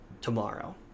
tomorrow